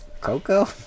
Coco